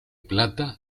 plata